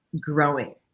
growing